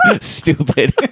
stupid